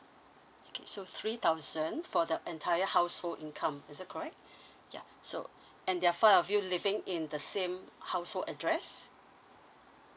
okay so three thousand for the entire household income is that correct ya so and there are five of you living in the same household address